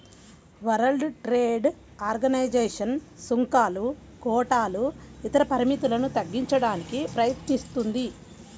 world trade organisation సుంకాలు, కోటాలు ఇతర పరిమితులను తగ్గించడానికి ప్రయత్నిస్తుంది